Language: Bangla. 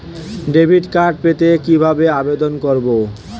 ডেবিট কার্ড পেতে কিভাবে আবেদন করব?